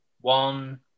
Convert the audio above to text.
One